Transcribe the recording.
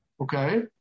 okay